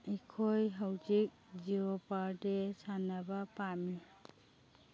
ꯑꯩꯈꯣꯏ ꯍꯧꯖꯤꯛ ꯖꯤꯌꯣꯄꯥꯔꯗꯦ ꯁꯥꯟꯅꯕ ꯄꯥꯝꯃꯤ